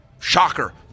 shocker